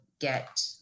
get